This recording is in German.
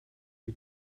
die